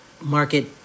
market